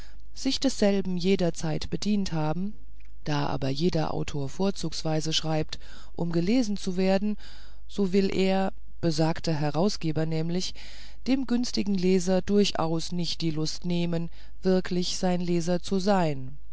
sich desselben jederzeit bedient haben da aber jeder autor vorzugsweise schreibt um gelesen zu werden so will er besagter herausgeber nämlich dem günstigen leser durchaus nicht die lust benehmen wirklich sein leser zu sein